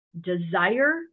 desire